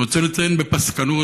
אני רוצה לציין בפסקנות,